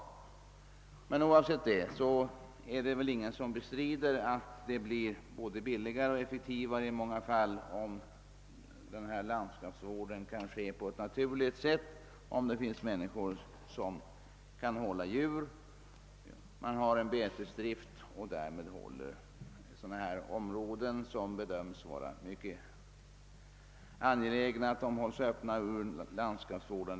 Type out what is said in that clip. Men oavsett kostnadernas storlek är det väl ingen som bestrider att det i många fall blir billigare och effektivare om landskapsvården kan ske på ett naturligt sätt, d.v.s. så att befolkningen håller djur på bete. Med betesdrift kan man hålla sådana områden fria som det ur landskapsvårdande synpunkter bedömes som angeläget att hålla öppna.